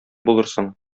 булырсың